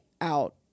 out